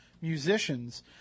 musicians